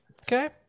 Okay